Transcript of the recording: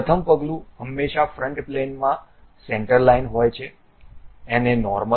પ્રથમ પગલું હંમેશા ફ્રન્ટ પ્લેનમાં સેન્ટર લાઈન હોય છે એને નોર્મલ